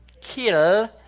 kill